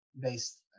based